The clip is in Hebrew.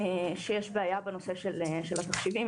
שיש בעיה בנושא של התחשיבים.